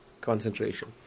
concentration